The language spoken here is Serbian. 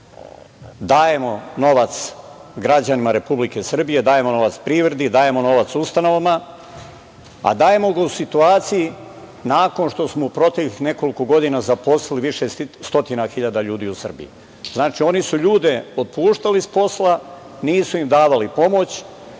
dajemo novac građanima Republike Srbije, dajemo novac privredi, dajemo novac ustanovama, a dajemo ga u situaciji nakon što smo u proteklih nekoliko godina zaposlili više stotina hiljada ljudi u Srbiji. Znači, oni su ljude otpuštali s posla, nisu im davali pomoć.